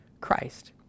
Christ